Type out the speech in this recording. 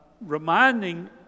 reminding